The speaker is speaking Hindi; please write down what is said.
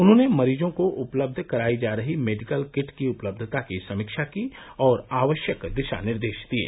उन्होंने मरीजों को उपलब्ध करायी जा रही मेडिकल किट की उपलब्धता की समीक्षा की और आवश्यक दिशा निर्देश दिये